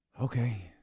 Okay